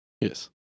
Yes